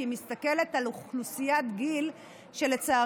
כי היא מסתכלת על אוכלוסיית גיל שלצערי